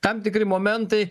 tam tikri momentai